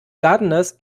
gardeners